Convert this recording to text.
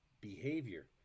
behavior